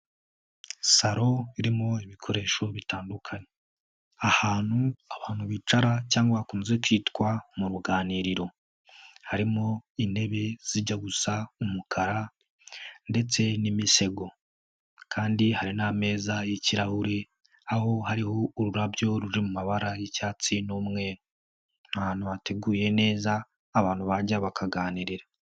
Salo irimo ibikoresho bitandukanye, ahantu abantu bicara cyangwa hakunze kwitwa mu ruganiriro, harimo intebe zijya gusa umukara ndetse n'imisego kandi hari n'ameza y'ikirahure aho hariho ururabyo ruri mu mabara y'icyatsi n'umweru, ni ahantu hateguye neza abantu bajya bakaganirira.